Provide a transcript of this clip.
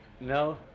No